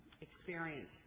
experience